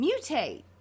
mutate